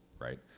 Right